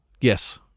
Yes